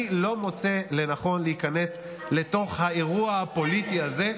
אני לא מוצא לנכון להיכנס לתוך האירוע הפוליטי הזה,